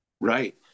Right